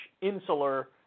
insular